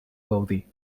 gaudí